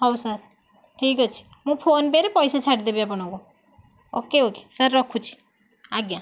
ହଉ ସାର୍ ଠିକ୍ ଅଛି ମୁଁ ଫୋନପେ ରେ ପଇସା ଛାଡ଼ି ଦେବି ଆପଣଙ୍କୁ ଓକେ ଓକେ ସାର୍ ରଖୁଛି ଆଜ୍ଞା